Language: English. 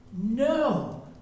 no